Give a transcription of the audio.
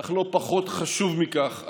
אך לא פחות חשוב מכך,